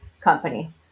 company